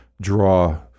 draw